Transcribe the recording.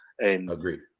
Agreed